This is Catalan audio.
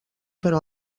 però